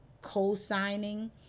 co-signing